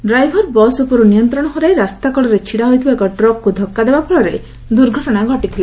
driver bus ଉପରୁ ନିୟନ୍ତ୍ରଣ ହରାଇ ରାସ୍ତା କଡ଼ରେ ଛିଡାହୋଇଥିବା ଏକ ଟ୍ରକ୍କୁ ଧକ୍କା ଦେବା ଫଳରେ ଦୁର୍ଘଟଣା ଘଟିଥିଲା